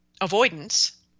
avoidance